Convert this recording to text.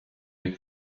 les